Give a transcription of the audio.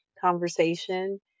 conversation